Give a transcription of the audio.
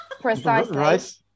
Precisely